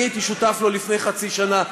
אני הייתי שותף לו לפני חצי שנה,